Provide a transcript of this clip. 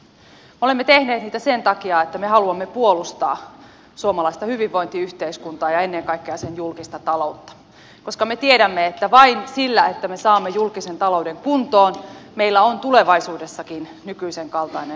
me olemme tehneet niitä sen takia että me haluamme puolustaa suomalaista hyvinvointiyhteiskuntaa ja ennen kaikkea sen julkista taloutta koska me tiedämme että vain sillä että me saamme julkisen talouden kuntoon meillä on tulevaisuudessakin nykyisen kaltainen hyvinvointivaltio